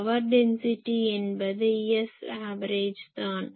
power density என்பது S average தான்